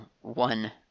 one